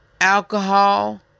Alcohol